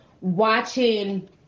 watching